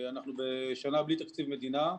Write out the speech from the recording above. אנחנו בשנה בלי תקציב מדינה;